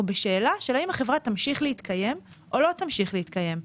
בשאלה של האם החברה תמשיך להתקיים או לא תמשיך להתקיים.